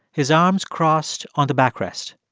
his arms crossed on the back rest.